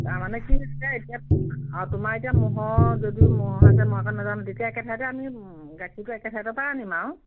তাৰমানে কি হৈছে এতিয়া আৰু তোমাৰ এতিয়া ম'হৰ যদিও ম'হ আছে মই আকৌ নাজানো তেতিয়া একে ঠাইতে আমি গাখীৰটো একে ঠাইৰপৰা আনিম আৰু